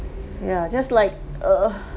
yeah just like err